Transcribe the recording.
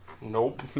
nope